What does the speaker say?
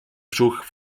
brzuch